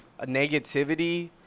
negativity